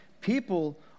people